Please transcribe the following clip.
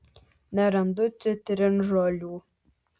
nerandu citrinžolių